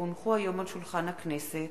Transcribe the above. כי הונחו היום על שולחן הכנסת,